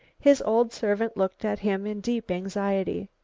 his old servant looked at him in deep anxiety.